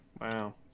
Wow